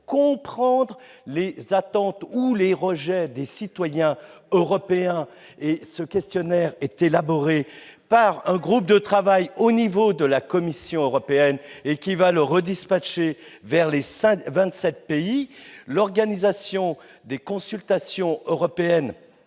comprendre les attentes ou les rejets des citoyens européens, et ce questionnaire sera élaboré par un groupe de travail au niveau de la Commission européenne, qui le dispatchera vers les vingt-sept États membres. L'organisation de ces consultations européennes